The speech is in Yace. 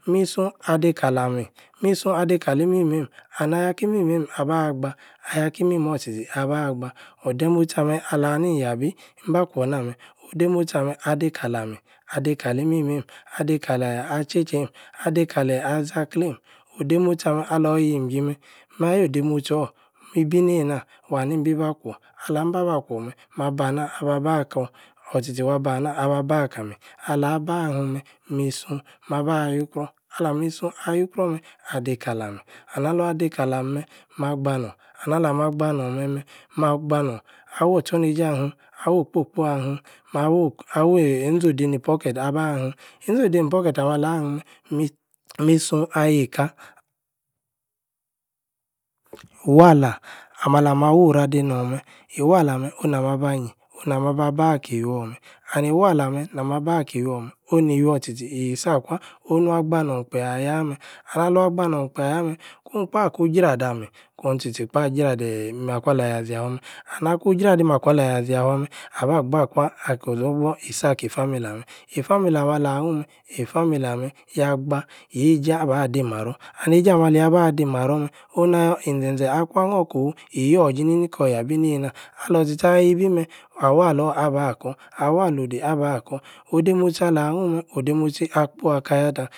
mi-sunh adei-kalami. mi-sunh adei-kali-imimeim and-ayor-aki-imimeīm-abah-gba. ayor aki-imimor tchi-tchi abah-gbah. odemotsi-ameh alahani-inya-bi-imbah-kwor-nah-meh. odemotsi-ameh adeī kala-mi. adei-kali-imimeim. adeī-kaleeh ah-tchei-tcheim. adeī-kaleeh ahȝakleim. odemotsi-ameh alor Yim-it chji-meh. mah-Yoh-odemotchor. mi-bi neinaah Yanini-imbi-bah kwor. alam-bah-bah kwor-meh. mabana-abah-baah-akor. or-tchi-tchi Waba-anah aba-baah-akami. alah bah-ahnn-meh. mi-sunh. mah-ba-yuikwror. alami-sunh ayuikror-meh. adei-kalam. and. alvan dei-kalam-meh. ma-gbanorn. alah-mah-gba-norn-meh-meh. mah-gba-norn. awor or-tchor-neīje ahim. awoh-kpo-kpo ahim. mah-woor aweii eîȝi-odei-ni-pocketi abahimn. eiȝi-odei-ni-pocketi amah-alahim-meh. mi mi-sunh ayeika iwalah-ameh-alamah woru-adeī-norn-meh. iwalah-ameh onu-na-ma-ba nyi-onu-na-ma ba-bah aki-iwuor-meh and iwalah-ameh-na-ma ba-aki-iwuor-onu ni-iwuor tchi-tchi isakwah. onu kpeeh-ayameh. kone-kpah-kunjrada-mi. kone-tchi-tchi kpah. jradeeh nakwa-la-yhiā-ȝiafua-meh and akun-jradi-makwa la-thia-ȝiafua-meh. aba-gba-kwa. akor-odor-dor-isi aki-e-famili-ameh. e-famili-ameh alah hnun mehe-famili-ameh. ya-gba-yeije abah di-maror. and eije-ameh alia-ba-di-maror-meh. onu-nayor e-nȝe-ȝe akwan hnor kofu. e-yor-ji-nini kor-yabi-neinah. alor-tchi-tchi-ayabi-meh. awalor-aba kor. awolo-dey aba-kor. odetmotsi ala-hnun-meh. odei-motsi akpoi-akayatah!